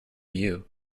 you